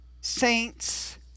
Saints